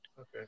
Okay